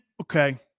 okay